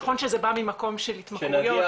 נכון שזה בא ממקום של התמכרויות --- כשנגיע